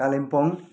Kalimpong